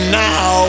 now